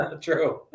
True